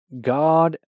God